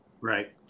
Right